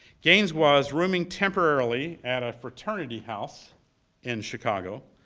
gaines was rooming temporarily at a fraternity house in chicago.